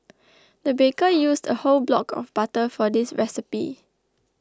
the baker used a whole block of butter for this recipe